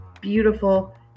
beautiful